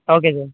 ah okay sir